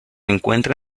encuentra